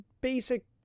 basic